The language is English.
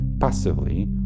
passively